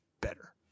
better